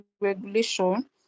regulation